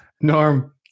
Norm